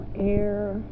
air